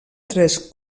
tres